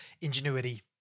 ingenuity